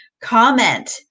comment